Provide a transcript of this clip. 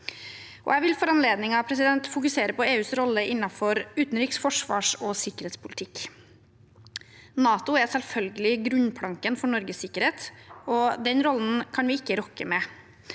Jeg vil for anledningen fokusere på EUs rolle innenfor utenriks-, forsvars- og sikkerhetspolitikk. NATO er selvfølgelig grunnplanken for Norges sikkerhet, og den rollen kan vi ikke rokke ved.